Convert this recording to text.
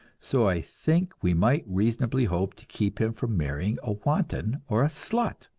so i think we might reasonably hope to keep him from marrying a wanton or a slut.